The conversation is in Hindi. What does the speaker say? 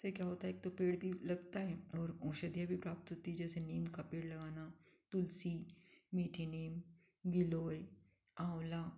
से क्या होता है एक तो पेड़ भी लगता है और औषधियाँ भी प्राप्त होती है जैसे नीम का पेड़ लगाना तुलसी मीठी नीम गिलोय आंवला तो